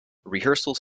rehearsals